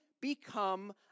become